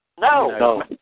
No